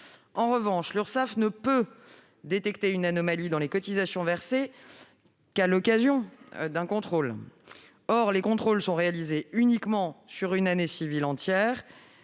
En revanche, l'Urssaf ne peut détecter une anomalie dans les cotisations versées qu'à l'occasion d'un contrôle. Or les contrôles sont réalisés uniquement sur une année civile entière.